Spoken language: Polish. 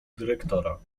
dyrektora